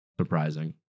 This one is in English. surprising